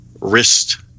wrist